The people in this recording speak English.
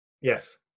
Yes